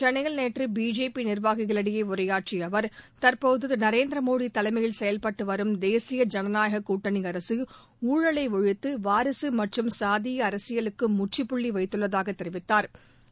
சென்னையில் நேற்று பிஜேபி நிர்வாகிகளிடையே உரையாற்றிய அவர் தற்போது திரு நரேந்திரமோடி தலைமையில் செயல்பட்டு வரும் தேசிய ஜனநாயகக் கூட்டணி அரசு ஊழலை ஒழித்து வாரிசு மற்றும் சாதீய அரசியலுக்கு முற்றுப்புள்ளி வைத்துள்ளதாக தெரிவித்தாா்